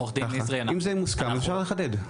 אם זה מוסכם, אז אפשר לחדד.